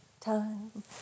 time